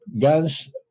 guns